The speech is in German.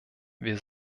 wir